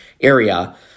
area